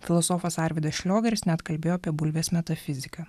filosofas arvydas šliogeris net kalbėjo apie bulvės metafiziką